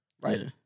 Right